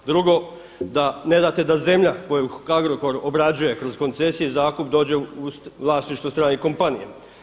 Drugo, da ne date da zemlja koju Agrokor obrađuje kroz koncesije, zakup dođe u vlasništvo stranih kompanija.